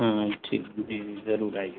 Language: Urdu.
ہاں ٹھیک جی ضرور آئیے